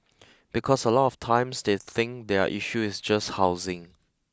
because a lot of times they think their issue is just housing